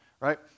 right